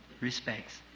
respects